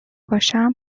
باشم